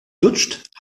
lutscht